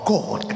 God